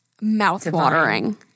mouth-watering